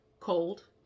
cold